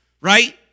right